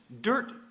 dirt